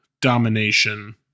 domination